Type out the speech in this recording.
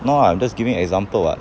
no ah I'm just giving example [what]